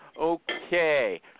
Okay